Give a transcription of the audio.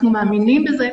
אנחנו מאמינים בזה,